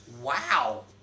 Wow